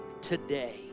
Today